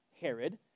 Herod